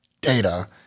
data